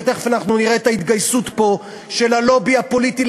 ותכף אנחנו נראה את ההתגייסות של הלובי הפוליטי